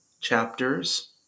chapters